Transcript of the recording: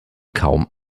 kaum